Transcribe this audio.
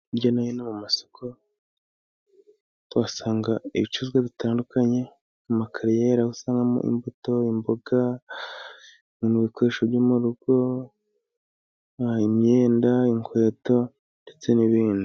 Hirya no hino mu masoko, tuhasanga ibicuruzwa bitandukanye, mu makariyeri aho usangamo imbuto, imboga, ibikoresho byo mu rugo, imyenda, inkweto, ndetse n’ibindi.